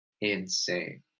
insane